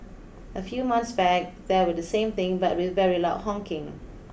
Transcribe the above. a few months back there was the same thing but with very loud honking